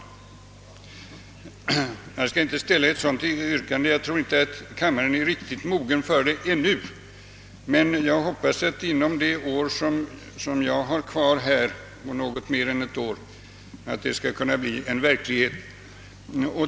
Jag skall inte framställa ett sådant yrkande — jag tror inte att kammaren är riktigt mogen för det ännu — men jag hoppas att det inom den tid — något mer än ett år — som jag har kvar här skall kunna bli verklighet.